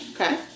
Okay